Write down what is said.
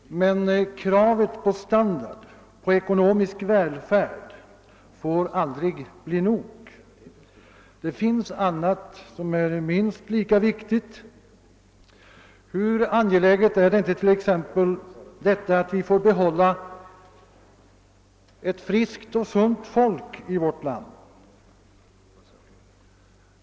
Men kravet på standard, på ekonomisk välfärd får aldrig bli nog; det finns annat som är minst lika viktigt. Hur angeläget är det exempelvis inte att vi får behålla ett friskt och sunt folk i vårt land!